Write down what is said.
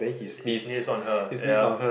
his knees on her ah